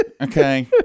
Okay